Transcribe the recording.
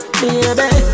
baby